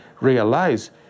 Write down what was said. realize